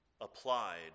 applied